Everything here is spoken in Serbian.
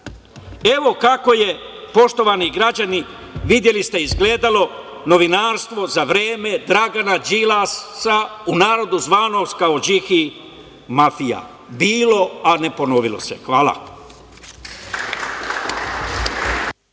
kako je, poštovani građani, videli ste izgledalo novinarstvo za vreme Dragana Đilasa, u narodu znanom kao Điki mafija. Bilo, a ne ponovilo se. Hvala.